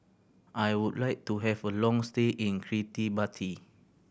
I would like to have a long stay in Kiribati